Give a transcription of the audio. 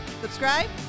Subscribe